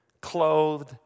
clothed